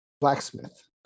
blacksmith